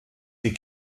die